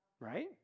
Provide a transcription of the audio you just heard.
Right